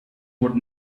would